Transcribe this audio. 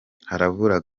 harabura